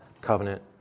covenant